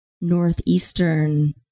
northeastern